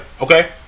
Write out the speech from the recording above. Okay